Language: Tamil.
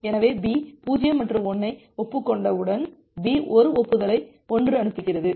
எனவே B 0 மற்றும் 1 ஐ ஒப்புக்கொண்டவுடன் B ஒரு ஒப்புதலை 1 அனுப்புகிறது